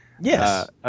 Yes